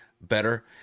better